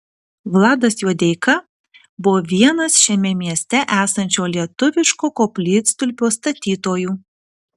vladas juodeika buvo vienas šiame mieste esančio lietuviško koplytstulpio statytojų